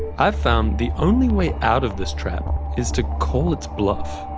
i've found the only way out of this trap is to call its bluff,